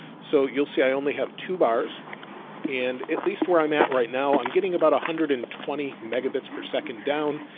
so you'll see, i only have two bars and at least where i'm at right now, i'm getting about one hundred and twenty megabits per second down.